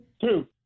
Two